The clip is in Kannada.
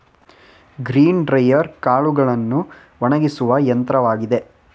ಗ್ರೇನ್ ಡ್ರೈಯರ್ ಕಾಳುಗಳನ್ನು ಒಣಗಿಸುವ ಯಂತ್ರವಾಗಿದೆ